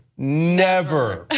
never.